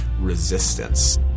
Resistance